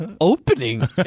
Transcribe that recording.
opening